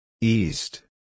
East